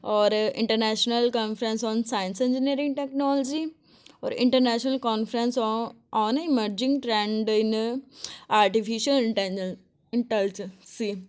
ਔਰ International Conference on Science Engineering Technology ਔਰ International Conference ਔ on emerging trend in artificial intel intelligence